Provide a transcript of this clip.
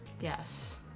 yes